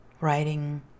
writing